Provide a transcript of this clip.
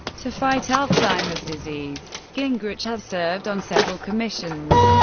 to fight alzheimer's disease. gingrich has served on several commissions,